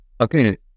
Okay